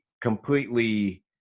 completely